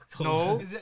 No